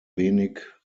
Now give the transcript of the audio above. wenig